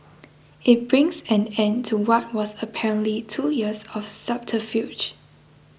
it brings an end to what was apparently two years of subterfuge